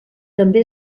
també